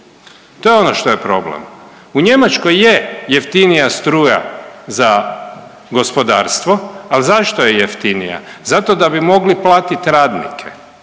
to je ono što je problem. U Njemačkoj je jeftinija struja za gospodarstvo, al zašto je jeftinija? Zato da bi mogli platit radnike,